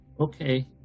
okay